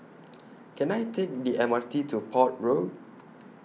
Can I Take The M R T to Port Road